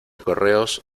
correos